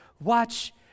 Watch